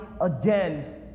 again